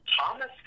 Thomas